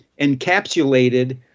encapsulated